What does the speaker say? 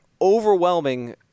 overwhelming